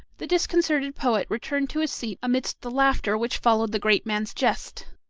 the disconcerted poet returned to his seat amidst the laughter which followed the great man's jest.